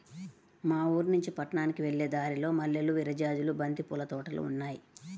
మా ఊరినుంచి పట్నానికి వెళ్ళే దారిలో మల్లెలు, విరజాజులు, బంతి పూల తోటలు ఉన్నాయ్